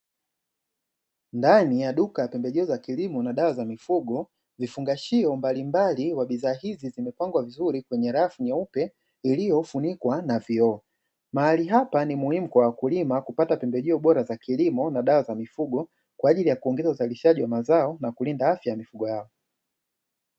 Ndani ya duka pembejeo za kilimo na dawa za mifugo vifungashio mbalimbali wa bidhaa hizi mipango vizuri kwenye rafu nyeupe iliyofunikwa na vioo, mahali hapa ni muhimu kwa wakulima kupata pembejeo bora za kilimo na dawa za mifugo kwa ajili ya kuongeza uzalishaji wa mazao na kulinda afya ya mifugo yao.